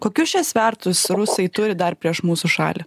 kokius čia svertus rusai turi dar prieš mūsų šalį